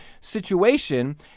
situation